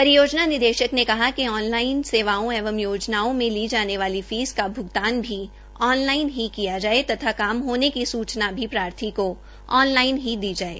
परियोजना निदेशक ने कहा कि ऑन लाइन सेवाओं एवं योजनाओं में ली जाने वालीफीस का भ्गतान भी ऑन लाइन किया जाये तथा काम होने की सूचना भी प्रार्थी को ऑन लाइन ही दी जाये